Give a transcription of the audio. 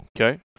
Okay